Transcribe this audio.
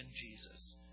Jesus